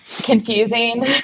confusing